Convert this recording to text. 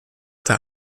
der